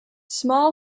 small